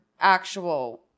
actual